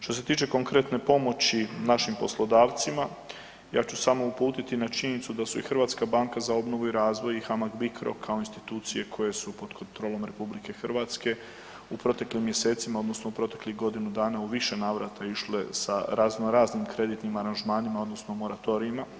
Što se tiče konkretne pomoći našim poslodavcima ja ću samo uputiti na činjenicu da su i Hrvatska banka za obnovu i razvoj i HAMAG BICRO kao institucije koje su pod kontrolom RH u proteklim mjesecima odnosno u proteklih godinu dana u više navrata išle sa razno raznim kreditnim aranžmanima odnosno moratorijima.